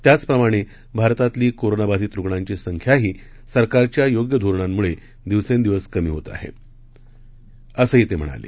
त्याचप्रमाणेभारतातलीकोरोनाबधितरुग्णांचीसंख्याहीसरकारच्यायोग्यधोरणांमुळेदिवसें दिवसकमीहोतआहे असंही ते म्हणाले